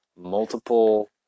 multiple